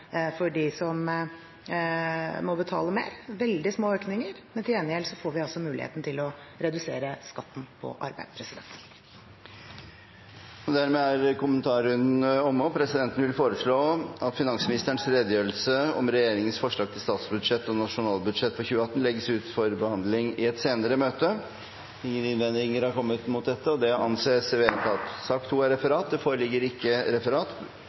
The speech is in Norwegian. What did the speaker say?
for dem som må betale mer. Det er veldig små økninger, men til gjengjeld får vi muligheten til å redusere skatten på arbeid. Dermed er vi ferdige med sak nr. 1. Presidenten vil foreslå at finansministerens redegjørelse om regjeringens forslag til statsbudsjett og om nasjonalbudsjettet for 2018 legges ut til behandling i et senere møte. – Ingen innvendinger har kommet mot dette, og det anses vedtatt. Det foreligger ikke noe referat. Dermed er